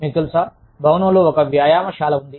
మీకు తెలుసా భవనంలో ఒక వ్యాయామశాల ఉంది